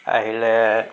আহিলে